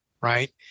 right